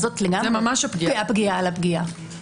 זה ממש פגיעה על הפגיעה.